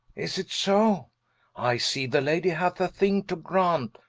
is it so i see the lady hath a thing to graunt,